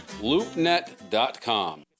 loopnet.com